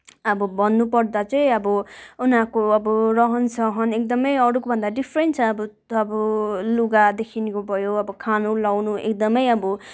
अब भन्नु पर्दा चाहिँ अब उनीहरूको अब रहन सहन एकदमै अरूकोभन्दा डिफरेन्ट छ अब अब लुगादेखिको भयो अब खानु लाउनु एकदमै अब